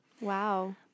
Wow